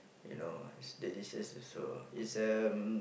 you know it's delicious also it's um